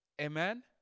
Amen